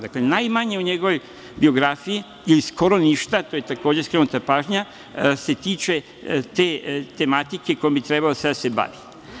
Dakle, najmanje u njegovoj biografiji, ili skoro ništa, na to je takođe skrenuta pažnja, se tiče te tematike kojom bi trebalo sada da se bavi.